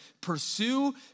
pursue